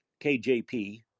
KJP